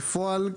בפועל,